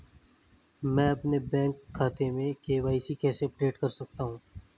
मैं अपने बैंक खाते में के.वाई.सी कैसे अपडेट कर सकता हूँ?